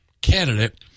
candidate